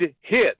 hit